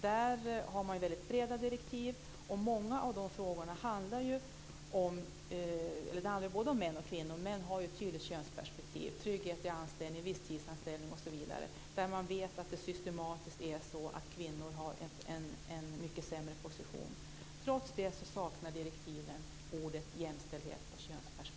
Utredningen har väldigt breda direktiv, och de handlar visserligen om både kvinnor och män men har ett tydligt könsperspektiv. Det gäller trygghet i anställning, visstidsanställning osv., områden där man vet att kvinnor systematiskt har en mycket sämre position. Trots det saknar direktiven orden jämställdhet och könsperspektiv.